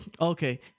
okay